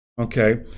okay